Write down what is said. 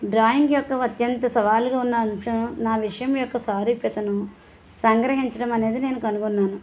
drawing యొక్క అత్యంత సవాలుగా ఉన్న అంశం నా విషయం యొక్క సౌరుప్యతను సంగ్రహించడం అనేది నేను కనుగొన్నాను